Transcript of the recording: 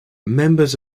members